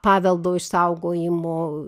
paveldo išsaugojimo